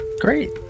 Great